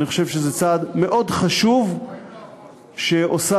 אני חושב שזה צעד מאוד חשוב שהכנסת עושה